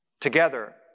Together